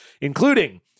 including